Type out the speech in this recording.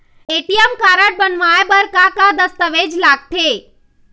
ATM card बनवाए बर का का दस्तावेज लगथे?